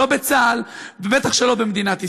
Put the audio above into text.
לא בצה"ל ובטח שלא במדינת ישראל.